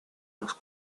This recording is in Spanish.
los